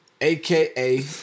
AKA